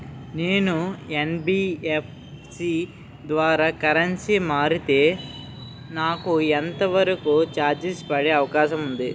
నేను యన్.బి.ఎఫ్.సి ద్వారా కరెన్సీ మార్చితే నాకు ఎంత వరకు చార్జెస్ పడే అవకాశం ఉంది?